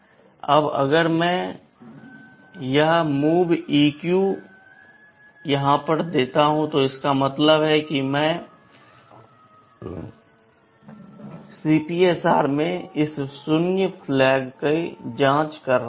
अब अगर मैं यह MOVEQ देता हूं तो इसका मतलब है कि मैं CPSR में इस शून्य फ्लैग की जांच कर रहा हूं